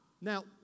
Now